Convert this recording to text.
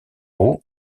haut